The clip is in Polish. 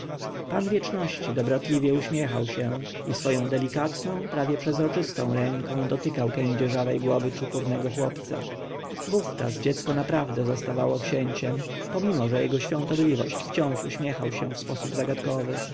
wieczności dobrotliwie uśmiechał się i swoją delikatną prawie przezroczystą ręką dotykał kędzierzawej głowy czupurnego chłopca wówczas dziecko naprawdę zostawało księciem pomimo że jego świątobliwość wciąż uśmiechał się w sposób zagadkowy